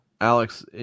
Alex